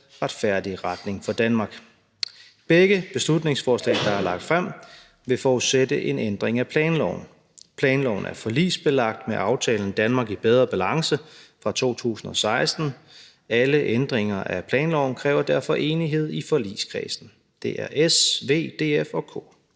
»Retfærdig retning for Danmark«. Begge beslutningsforslag, der er fremsat, vil forudsætte en ændring af planloven. Planloven er forligsbelagt med aftalen »Danmark i bedre balance« fra 2016. Alle ændringer af planloven kræver derfor enighed i forligskredsen. Det er